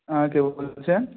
হ্যাঁ কে বলছেন